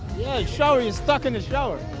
yeah, shower you're stuck in the shower.